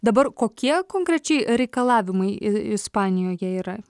dabar kokie konkrečiai reikalavimai ispanijoje yra